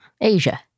Asia